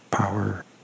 Power